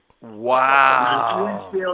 Wow